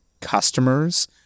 customers